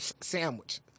sandwich